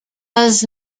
does